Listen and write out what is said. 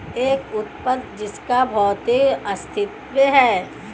एक उत्पाद जिसका भौतिक अस्तित्व है?